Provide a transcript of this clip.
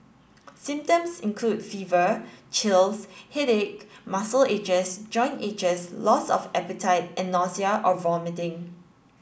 symptoms include fever chills headache muscle aches joint aches loss of appetite and nausea or vomiting